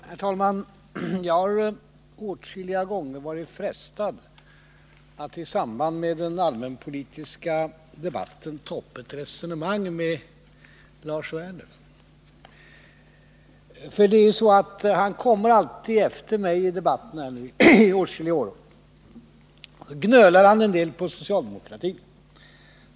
Herr talman! Jag har åtskilliga gånger varit frestad att i samband med den allmänpolitiska debatten ta upp ett resonemang med Lars Werner. Han har i flera år kommit efter mig i debatten, och han har gnölat en del på socialdemokratin.